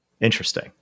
Interesting